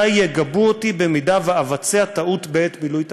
יגבו אותי אם אבצע טעות בעת מילוי תפקידי,